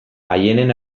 aieneen